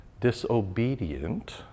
disobedient